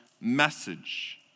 message